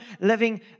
living